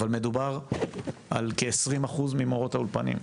אבל מדובר על כ20% ממורות האולפנים.